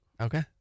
Okay